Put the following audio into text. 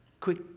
quick